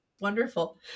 Wonderful